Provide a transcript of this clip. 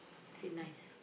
say nice